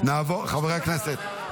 חברי הכנסת,